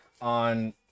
on